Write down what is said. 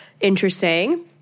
interesting